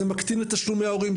זה מקטין את תשלומי ההורים,